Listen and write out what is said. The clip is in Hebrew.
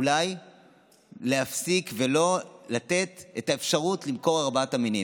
אולי להפסיק ולא לתת את האפשרות למכור את ארבעת המינים.